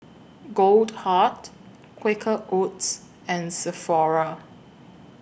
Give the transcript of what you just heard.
Goldheart Quaker Oats and Sephora